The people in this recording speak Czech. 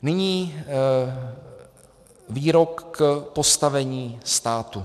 Nyní výrok k postavení státu.